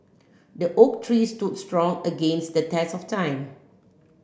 the oak tree stood strong against the test of time